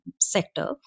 sector